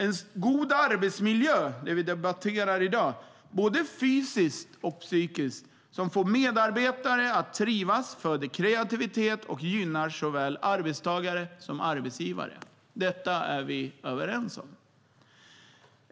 En god arbetsmiljö, som vi debatterar i dag, både fysiskt och psykiskt som får medarbetare att trivas föder kreativitet och gynnar såväl arbetstagare som arbetsgivare. Detta är vi överens om.